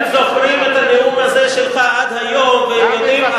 הם זוכרים את הנאום הזה שלך עד היום והם יודעים,